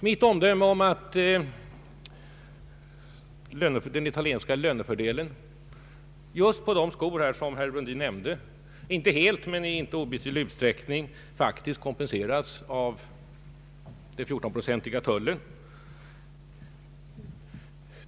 Mitt omdöme är att den italienska lönefördelen också på de skor som herr Brundin nämnde i inte obetydlig utsträckning kompenseras av den 14 procentiga tullen.